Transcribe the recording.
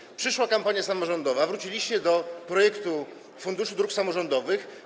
Teraz przyszła kampania samorządowa, wróciliście do projektu Funduszu Dróg Samorządowych.